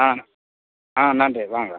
ஆ ஆ நன்றி வாங்க